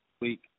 week